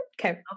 Okay